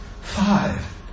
Five